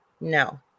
No